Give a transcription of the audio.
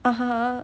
(uh huh)